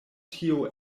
tio